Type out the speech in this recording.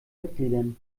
mitgliedern